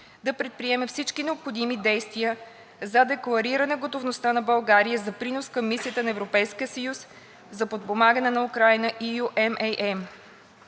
да предприеме всички необходими действия за деклариране готовността на България за принос към Мисията на Европейския съюз за подпомагане на Украйна (EUMAM).